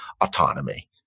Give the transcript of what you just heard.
autonomy